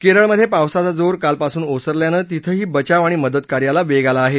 केरळमधे पावसाचा जोर कालपासून ओसरल्यानं तिथंही बचाव आणि मदत कार्याला वेग आला आहे